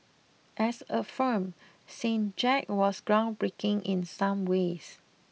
as a film Saint Jack was groundbreaking in some ways